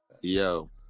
Yo